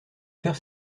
faire